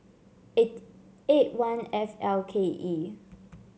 eight eight one F L K E